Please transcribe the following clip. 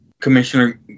Commissioner